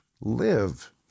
Live